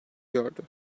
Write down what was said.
gördü